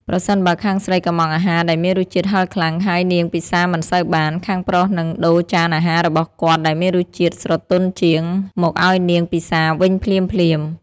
ប្រសិនបើខាងស្រីកុម្ម៉ង់អាហារដែលមានរសជាតិហឹរខ្លាំង ហើយនាងពិសារមិនសូវបាន ខាងប្រុសនឹងដូរចានអាហាររបស់គាត់ដែលមានរសជាតិស្រទន់ជាង មកឱ្យនាងពិសារវិញភ្លាមៗ។